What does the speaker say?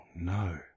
no